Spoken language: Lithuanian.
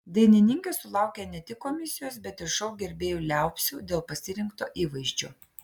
dainininkė sulaukė ne tik komisijos bet ir šou gerbėjų liaupsių dėl pasirinkto įvaizdžio